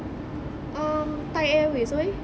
um thai airways !oi!